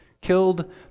killed